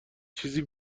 چیزی